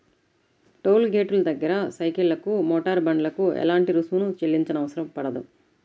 toll గేటుల దగ్గర సైకిళ్లకు, మోటారు బండ్లకు ఎలాంటి రుసుమును చెల్లించనవసరం పడదు